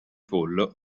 pollo